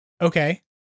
Okay